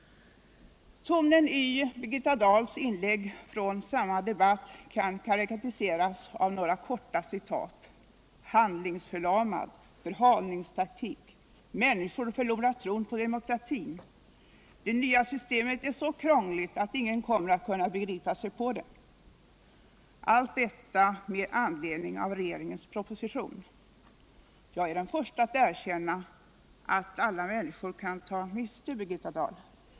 Toncen i Birgitta Dahls inlägg från samma debatt kan karakteriseras med några korta citat: ”handlingsförlamad”, ”förhalningstaktik”, ”människor förlorar tron på demokratin”, ”det nya systemet är så krångligt att ingen kommer att kunna begripa sig på det” — allt detta med anledning av regeringens proposition. Jag är den förste att erkänna att alla människor kan ta miste, Birgitta Dahl.